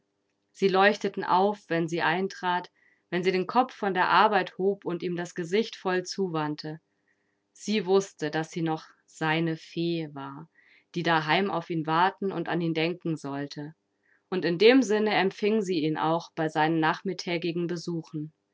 sie leuchteten auf wenn sie eintrat wenn sie den kopf von der arbeit hob und ihm das gesicht voll zuwandte sie wußte daß sie noch seine fee war die daheim auf ihn warten und an ihn denken sollte und in dem sinne empfing sie ihn auch bei seinen nachmittägigen besuchen